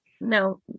No